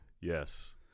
Yes